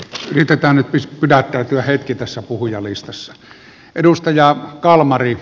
yritetään nyt pitäytyä hetki tässä puhujalistassa edustajaa kalmari